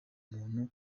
muntu